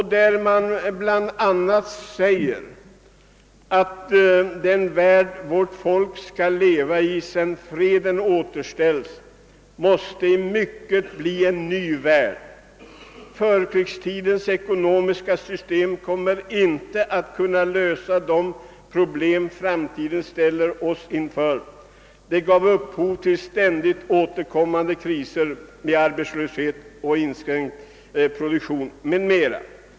I det framhålles bl.a., att den värld vårt folk skall leva i sedan freden återställts måste i mycket bli en ny värld. Förkrigstidens ekonomiska system kommer inte att kunna lösa de problem framtiden ställer oss inför. Det gav upphov till ständigt återkommande kriser med arbetslöshet, produktionsinskränkningar m.m.